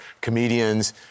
comedians –